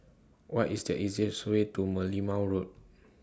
What IS The easiest Way to Merlimau Road